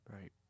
Right